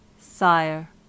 Sire